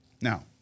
now